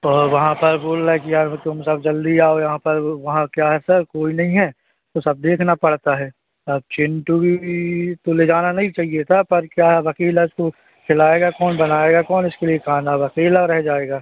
वह वहाँ पर बोल रहा है कि यार तुम सब जल्दी आओ यहाँ पर वहाँ क्या है सर कोई नहीं है तो सब देखना पड़ता है अब चिंटू के वी तो ले जाना नहीं चाहिए था पर क्या अब अकेला इसको खिलाएगा कौन बनाएगा कौन इसके लिए खाना अब अकेला रह जाएगा